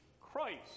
Christ